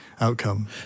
Outcome